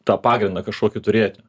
tą pagrindą kažkokį turėti